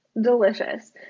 delicious